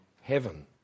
heaven